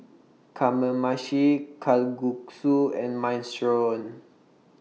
Kamameshi Kalguksu and Minestrone